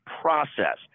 process